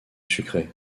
sucré